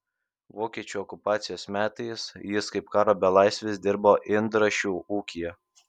vokiečių okupacijos metais jis kaip karo belaisvis dirbo indrašių ūkyje